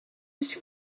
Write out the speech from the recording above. used